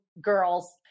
girls